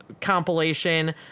compilation